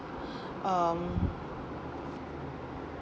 um